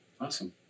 Awesome